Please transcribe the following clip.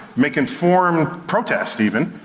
make informed protest even,